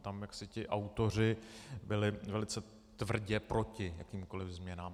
Tam jaksi ti autoři byli velice tvrdě proti jakýmkoliv změnám.